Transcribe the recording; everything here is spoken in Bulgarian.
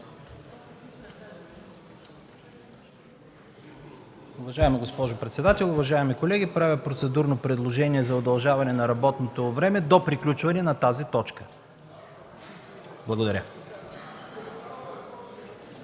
Уважаема госпожо председател, уважаеми колеги! Правя процедурно предложение за удължаване на работното време до приключване на тази точка. Благодаря.